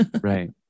Right